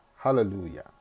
Hallelujah